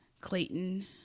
Clayton